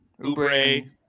Ubre